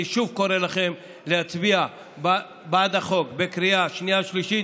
אני שוב קורא לכם להצביע בעד החוק בקריאה שנייה ושלישית